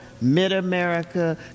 mid-America